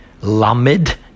Lamed